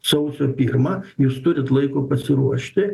sausio pirmą jūs turit laiko pasiruošti